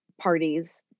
parties